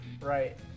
Right